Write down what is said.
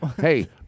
Hey